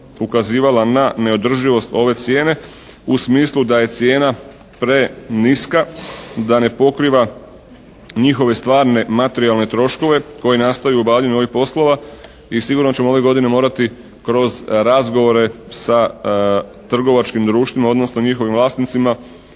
ukazivala na neodrživost ove cijene u smislu da je cijena preniska, da ne pokriva njihove stvarne materijalne troškove koji nastaju obavljanjem ovih poslova. I sigurno ćemo ove godine morati kroz razgovore sa trgovačkim društvima odnosno njihovim vlasnicima